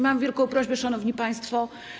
Mam wielką prośbę, szanowni państwo.